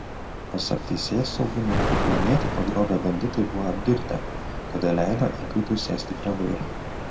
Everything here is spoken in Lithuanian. pasak teisėsaugininkų kaunietį pagrobę banditai buvo apgirtę todėl leido įkaitui sėsti prie vairo